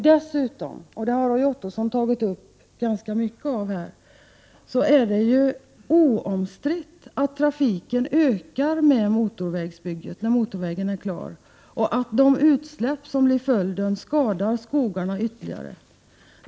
Dessutom — det har Roy Ottosson berört ganska mycket här — är det oomstritt att trafiken ökar i och med att motorvägen blir klar och att de utsläpp som blir följden ytterligare skadar skogarna.